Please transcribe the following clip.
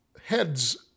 Heads